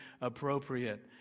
appropriate